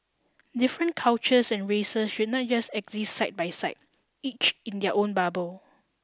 different cultures and races should not just exist side by side each in their own bubble